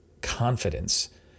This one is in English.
confidence